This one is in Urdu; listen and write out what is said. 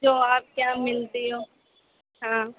جو آپ کے یہاں ملتی ہوں ہاں